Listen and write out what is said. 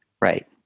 Right